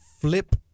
flip